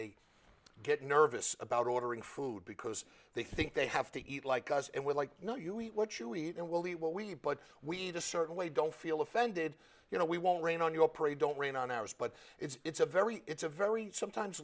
they get nervous about ordering food because they think they have to eat like us and we're like no you eat what you eat and we'll eat what we but we need a certain way don't feel offended you know we won't rain on your parade don't rain on ours but it's a very it's a very sometimes